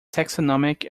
taxonomic